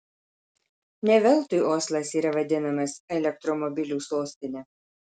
ne veltui oslas yra vadinamas elektromobilių sostine